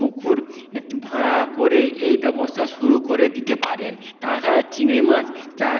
পুকুর ভাড়া করে এই ব্যবস্থা শুরু করে দিতে পারে তাছাড়া চিংড়ি মাছ চাষ